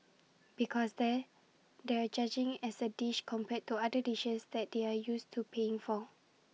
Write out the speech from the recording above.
because there they're judging as A dish compared to other dishes that they're used to paying for